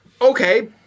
Okay